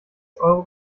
euro